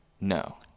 No